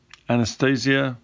Anastasia